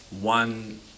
one